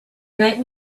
night